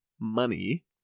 money